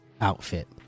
outfit